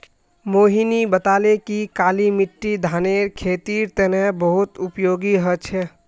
मोहिनी बताले कि काली मिट्टी धानेर खेतीर तने बहुत उपयोगी ह छ